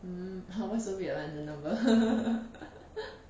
um !huh! why so weird [one] the number